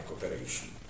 cooperation